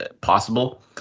possible